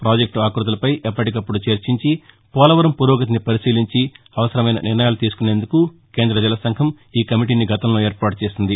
project ఆక్బతులపై ఎప్పటికప్పుడు చర్చించి పోలవరం పురోగతిని పరిశీలించి అవసరమైన నిర్ణయాలు తీసుకునేందుకు కేంద్ర జలసంఘం ఈ కమిటీని గతంలో ఏర్పాటు చేసింది